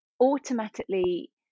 automatically